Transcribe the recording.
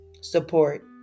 support